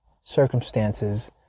circumstances